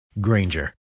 Granger